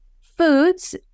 foods